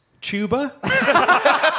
tuba